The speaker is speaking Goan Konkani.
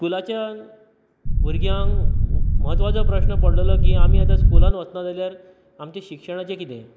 सु स्कुलाच्यान भुरग्यांक म्हत्वाचो प्रश्न पडलोलो की आमी आतां स्कुलान वचना जाल्यार आमचे शिक्षणाचें कितें